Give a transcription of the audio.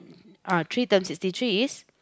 ah three times sixty three is